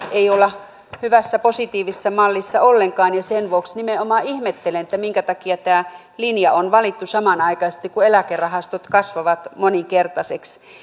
ei olla hyvässä positiivisessa mallissa ollenkaan sen vuoksi nimenomaan ihmettelen minkä takia tämä linja on valittu samanaikaisesti kun eläkerahastot kasvavat moninkertaisiksi